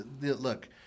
look